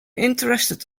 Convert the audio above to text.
interested